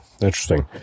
Interesting